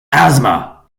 asthma